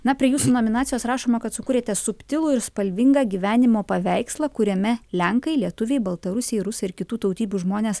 na prie jūsų nominacijos rašoma kad sukūrėte subtilų ir spalvingą gyvenimo paveikslą kuriame lenkai lietuviai baltarusiai rusai ir kitų tautybių žmonės